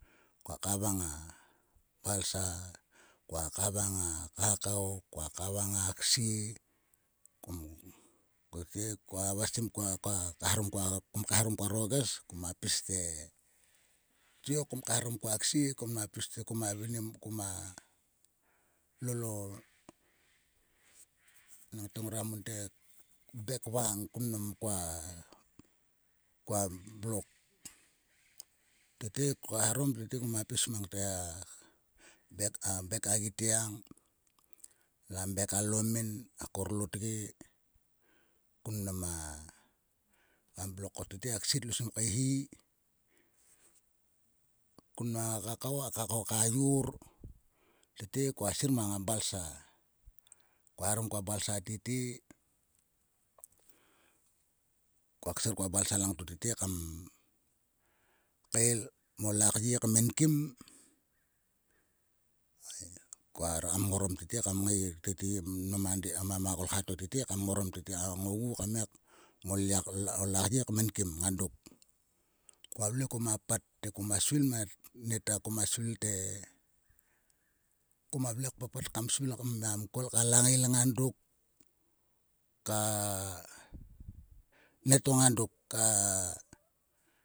Koa kavang a balsa. koa kavang a kakao. koa kavang a ksie. Kum tete koa havestim koa. koa kom kaeharom koaro ges koma pis te. Tiok kom kaeharom koa ksie koma pisre. koma vinim o. Enangte ngora mon te bek vang kun mnam koa blok. Tete kaeharom koma pis te a bek agitgiang. La bek alomin. a korlotge kun mnam a blok ko tete a ksie tlo sim kaehi. Kun mang a kakao. a kakao ka yor. tete koa sir ma balsa. Koa kaeharom koa balsa tete. Koa kser koa balsa langto tete kam kael mo lakye kmenkim ei. Kre kam ngorom tete mnam a de to tete ogu la kye kmenkim nga dok. Koa vle koma pat te koma svil te. anieta koma svil te. Koma vle kpapat kam svil kam kol ka langail ngang dok. Ka nieto nga dok ka.